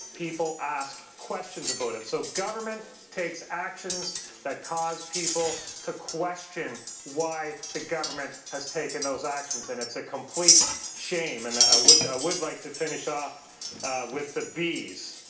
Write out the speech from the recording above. people ask questions about it. so government takes actions that cause people to question why the government has taken those actions. and it's a complete shame. and i would would like to finish off with the bees.